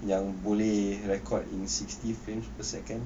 yang boleh record in sixty frames per second